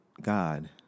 God